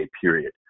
period